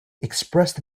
expressed